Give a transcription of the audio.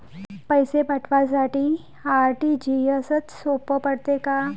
पैसे पाठवासाठी आर.टी.जी.एसचं सोप पडते का?